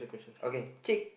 okay cheek